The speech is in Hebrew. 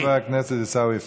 תודה, חבר הכנסת עיסאווי פריג'.